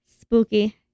Spooky